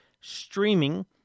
streaming